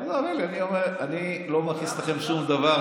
אני לא מכניס לכם שום דבר.